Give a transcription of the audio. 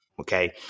Okay